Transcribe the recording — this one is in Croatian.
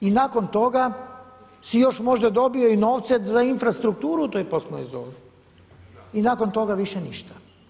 I nakon toga si još možda dobio i novce za infrastrukturu u toj poslovnoj zoni i nakon toga više ništa.